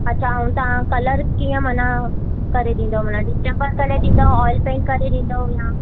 अच्छा ऐं तव्हां कलर कीअं माना करे ॾींदुव माना डिस्टैमबर करे ॾींदुव ऑयल पेंट करे ॾींदुव या